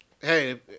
hey